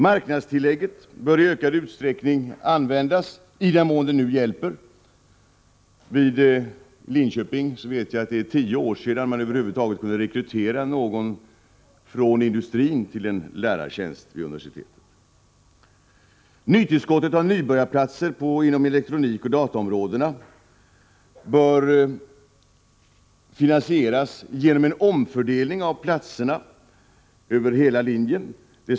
Marknadslönetillägget bör i ökad utsträckning användas, i den mån det hjälper. Jag vet att det är tio år sedan man över huvud taget kunde rekrytera någon från industrin till en lärartjänst vid universitetet i Linköping. Nytillskottet av nybörjarplatser på elektronikoch dataområdena bör finansieras genom en omfördelning av platserna över hela linjen.